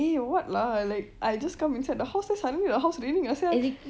eh what lah I like I just come inside the house then suddenly the house raining ah sia